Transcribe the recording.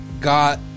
got